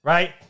Right